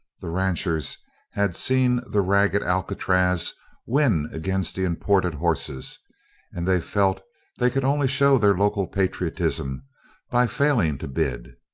the ranchers had seen the ragged alcatraz win against the imported horses and they felt they could only show their local patriotism by failing to bid.